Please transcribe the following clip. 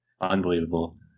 unbelievable